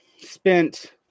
spent